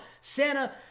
Santa